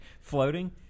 floating